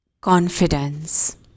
confidence